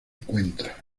cuenta